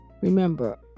Remember